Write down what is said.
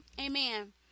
Amen